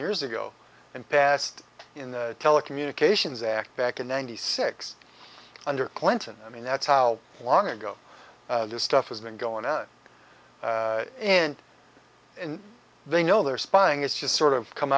years ago and passed in the telecommunications act back in ninety six under clinton i mean that's how long ago this stuff has been going on and they know their spying is just sort of come